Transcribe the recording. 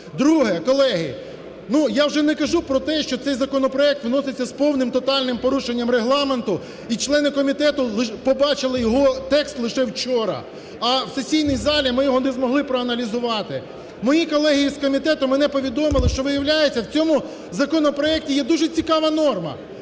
Друге. Колеги, ну, я вже не кажу про те, що цей законопроект вноситься з повним, тотальним порушенням Регламенту, і члени комітету побачили його текст лише вчора, а в сесійній залі ми його не змогли проаналізувати. Мої колеги із комітету мене повідомили, що виявляється в цьому законопроекті є дуже цікава норма.